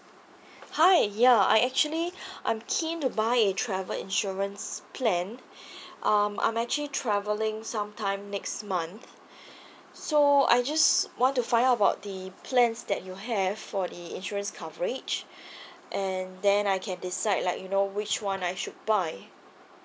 hi ya I actually I'm keen to buy a travel insurance plan um I'm actually travelling sometime next month so I just want to find out about the plans that you have for the insurance coverage and then I can decide like you know which one I should buy